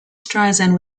streisand